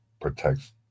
protects